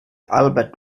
albert